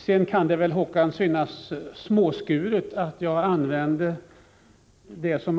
Sedan kan det väl, Håkan Strömberg, synas småaktigt att jag använde